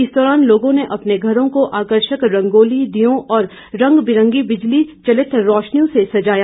इस दौरान लोगों ने अपने घरों को आकर्षक रंगोली दीयों और रंग बिरंगी बिजली चालित रोशनियों से सजाया